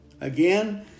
Again